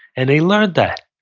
and they learned that.